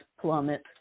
plummet